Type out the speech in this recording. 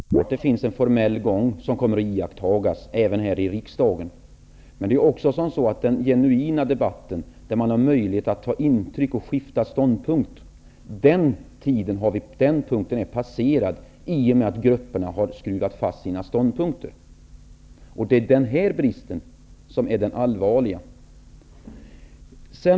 Herr talman! Att det är en brist i demokratin är alldeles ostridigt. Det är riktigt att det finns en formell gång som kommer att iakttas även här i riksdagen. Men den genuina debatten, där man har möjlighet att ta intryck och skifta ståndpunkt, är en punkt som är passerad i och med att grupperna har skruvat fast sina ståndpunkter. Det är den bristen som är den allvarliga.